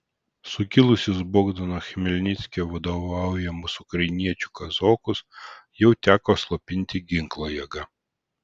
sukilusius bogdano chmelnickio vadovaujamus ukrainiečių kazokus jau teko slopinti ginklo jėga